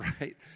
right